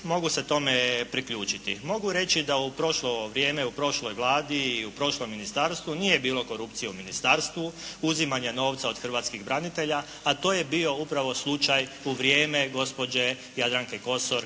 mogu se tome priključiti. Mogu reći da u prošlo vrijeme u prošloj Vladi i u prošlom ministarstvu nije bilo korupcije u ministarstvu, uzimanja novca od hrvatskih branitelja a to je bio upravo slučaj u vrijeme gospođe Jadranke Kosor